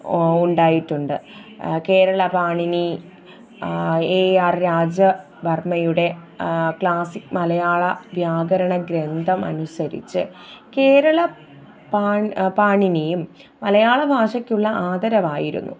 ഉണ്ടായിട്ടുണ്ട് കേരള പാണിനി ഏ ആര് രാജ വര്മ്മയുടെ ക്ലാസിക് മലയാള വ്യാകരണഗ്രന്ഥം അനുസരിച്ച് കേരള പാണി പാണിനിയും മലയാള ഭാഷയ്ക്കുള്ള ആദരവായിരുന്നു